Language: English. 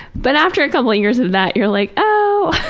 but after a couple of years of that, you're like, oh.